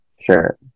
Sure